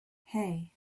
hey